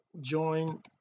join